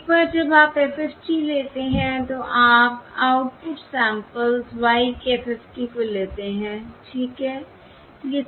अब एक बार जब आप FFT लेते हैं तो आप आउटपुट सैंपल्स y के FFT को लेते हैं ठीक है